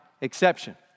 exception